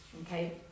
Okay